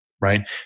right